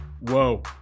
whoa